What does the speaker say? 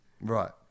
Right